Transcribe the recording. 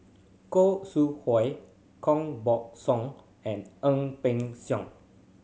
Khoo Sui Hoe Koh Buck Song and Ang Peng Siong